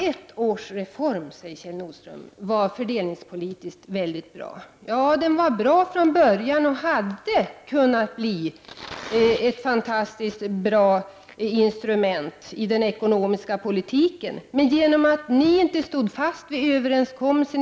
1981 års reform var fördelningspolitiskt väldigt bra, sade Kjell Nordström. Ja, den var bra från början och hade kunnat bli ett fantastiskt bra instrument i den ekonomiska politiken. Men ni stod ju inte fast vid överenskommelsen.